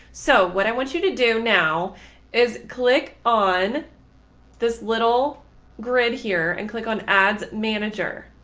so what i want you to do now is click on this little grid here and click on ads manager.